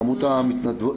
כמות המתנדבות.